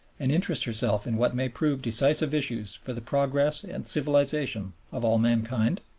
and interest herself in what may prove decisive issues for the progress and civilization of all mankind?